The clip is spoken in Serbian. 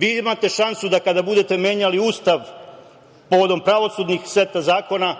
Vi imate šansu da kada budete menjali Ustav povodom pravosudnih seta zakona